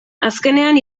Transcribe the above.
azkenean